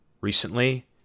Recently